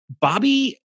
Bobby